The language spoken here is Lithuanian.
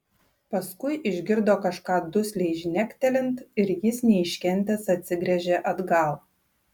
paskui išgirdo kažką dusliai žnektelint ir jis neiškentęs atsigręžė atgal